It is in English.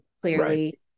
clearly